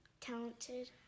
talented